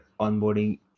onboarding